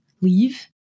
leave